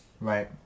right